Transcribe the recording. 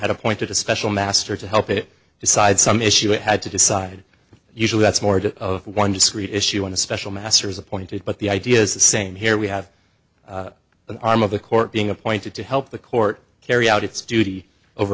had appointed a special master to help it decide some issue it had to decide usually that's more of one discrete issue when the special master is appointed but the idea is the same here we have an arm of the court being appointed to help the court carry out its duty over